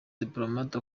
diplomate